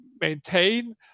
maintain